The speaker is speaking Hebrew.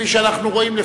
וכפי שאנחנו רואים,